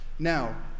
Now